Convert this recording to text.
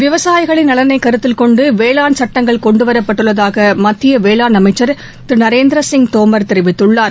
விவசாயிகளின் நலனைக் கருத்தில் கொண்டு வேளாண் சட்டங்கள் கொண்டு வரப்பட்டுள்ளதாக மத்திய வேளாண் அமைச்சர் திரு நரேந்திர சிங் தோமர் தெரிவித்துள்ளார்